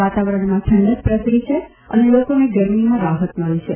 વાતાવરણમાં ઠંડક પ્રસરી છે અને લોકોને ગરમીમાં રાહત મળી છે